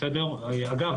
אגב,